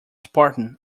spartan